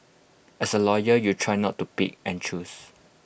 as A lawyer you try not to pick and choose